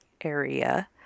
area